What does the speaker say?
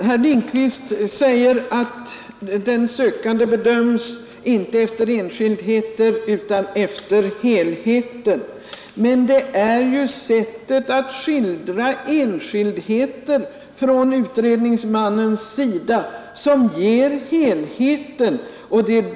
Herr talman! Herr Lindkvist säger att den sökande inte bedöms efter enskildheter utan efter helheten. Men det är ju utredningsmannens sätt att skildra enskildheter som ger helhetsbilden.